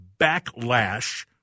backlash